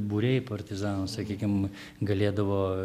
būriai partizanų sakykim galėdavo